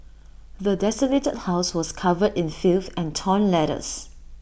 the desolated house was covered in filth and torn letters